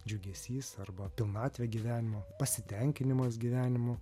džiugesys arba pilnatvė gyvenimo pasitenkinimas gyvenimu